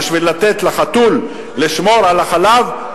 היא בשביל לתת לחתול לשמור על החלב,